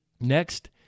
next